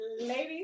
Ladies